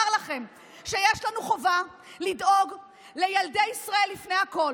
לכם שיש לנו חובה לדאוג לילדי ישראל לפני הכול.